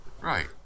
Right